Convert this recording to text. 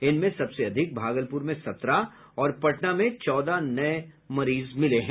इनमें सबसे अधिक भागलपुर में सत्रह और पटना में चौदह नये मरीज मिले हैं